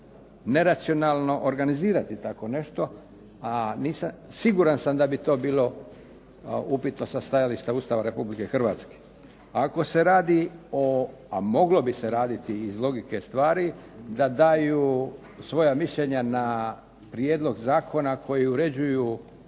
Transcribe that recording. neracionalno organizirati tako nešto, a siguran sam da bi to bilo upitno sa stajališta Ustava Republike Hrvatske. Ako se radi o, a moglo bi se raditi i iz logike stvari da daju svoja mišljenja na prijedlog zakona koji uređuju